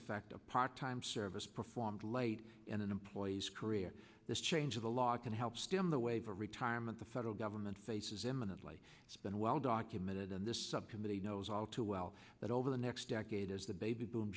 effect of part time service performed late in an employee's career this change of the law can help stem the wave of retirement the federal government faces imminently it's been well documented and this subcommittee knows all too well that over the next decade as the baby boom